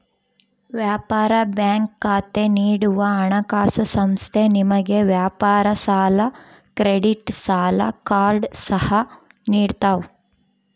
ವ್ಯಾಪಾರ ಬ್ಯಾಂಕ್ ಖಾತೆ ನೀಡುವ ಹಣಕಾಸುಸಂಸ್ಥೆ ನಿಮಗೆ ವ್ಯಾಪಾರ ಸಾಲ ಕ್ರೆಡಿಟ್ ಸಾಲ ಕಾರ್ಡ್ ಸಹ ನಿಡ್ತವ